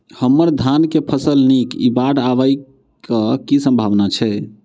हम्मर धान केँ फसल नीक इ बाढ़ आबै कऽ की सम्भावना छै?